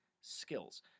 skills